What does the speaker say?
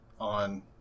on